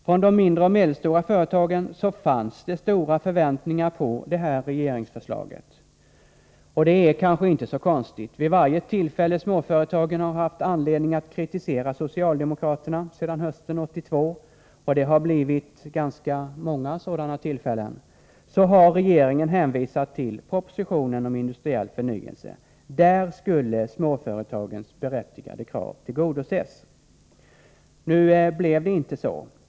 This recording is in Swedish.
Från de mindre och medelstora företagen fanns det stora förväntningar på det här regeringsförslaget. Och det är kanske inte så konstigt. Vid varje tillfälle småföretagen har haft anledning att kritisera socialdemokraterna sedan hösten 1982 — och det har blivit ganska många sådana tillfällen — har regeringen hänvisat till propositionen om industriell förnyelse. Där skulle småföretagens berättigade krav tillgodoses. Det blev inte så.